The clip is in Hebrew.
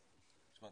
תשמע,